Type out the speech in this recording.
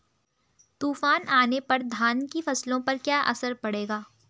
तूफान आने पर धान की फसलों पर क्या असर पड़ेगा?